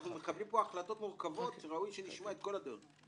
אנחנו מקבלים פה החלטות מורכבות וראוי שנשמע את כל הדעות.